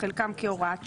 חלקם כהוראת שעה.